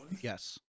Yes